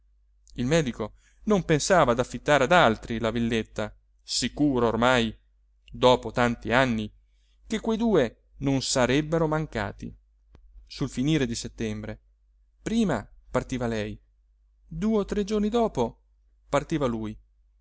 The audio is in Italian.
il medico non pensava ad affittare ad altri la villetta sicuro ormai dopo tanti anni che quei due non sarebbero mancati sul finire del settembre prima partiva lei due o tre giorni dopo partiva lui